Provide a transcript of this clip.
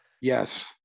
Yes